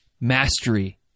mastery